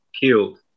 killed